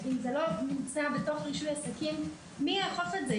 אם זה לא נמצא בתוך רישוי עסקים, מי יאכוף את זה?